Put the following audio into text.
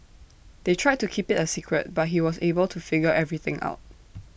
they tried to keep IT A secret but he was able to figure everything out